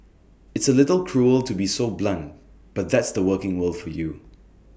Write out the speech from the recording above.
it's A little cruel to be so blunt but that's the working world for you